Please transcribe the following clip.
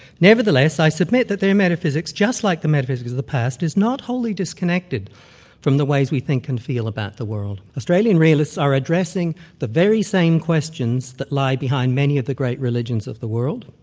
nevertheless, i submit that their metaphysics, just like the metaphysics of the past, is not wholly disconnected from the ways we think and feel about the world. australian realists are addressing the very same questions that lie behind many of the great religions of the world,